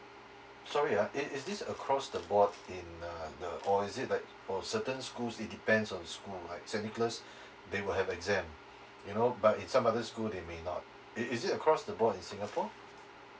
sorry ah is is this across the board in uh the or is it like for certain schools it depends on school right saint nicholas they will have exam you know but in some other school they may not is is it across the board in singapore